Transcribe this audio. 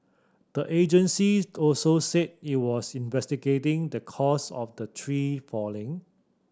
the agency also said it was investigating the cause of the tree falling